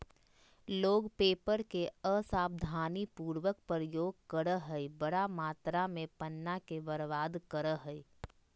लोग पेपर के असावधानी पूर्वक प्रयोग करअ हई, बड़ा मात्रा में पन्ना के बर्बाद करअ हई